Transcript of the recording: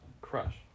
Crush